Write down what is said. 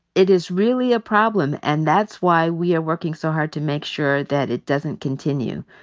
it is really a problem, and that's why we are working so hard to make sure that it doesn't continue.